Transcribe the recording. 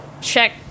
check